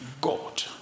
God